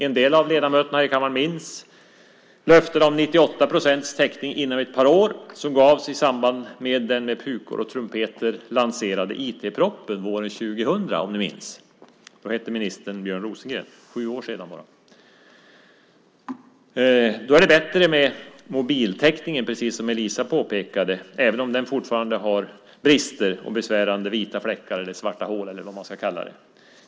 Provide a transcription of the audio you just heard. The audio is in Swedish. En del av ledamöterna i kammaren minns löftena om 98 procents täckning inom ett par år som gavs i samband med den med pukor och trumpeter lanserade IT-propositionen våren 2000. Då hette ministern Björn Rosengren. Det är bara sju år sedan. Det är bättre med mobiltäckningen, precis som Eliza påpekade, även om den fortfarande har brister och besvärande vita fläckar, svarta hål eller vad man ska kalla det.